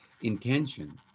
intention